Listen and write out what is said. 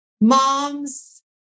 Moms